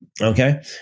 Okay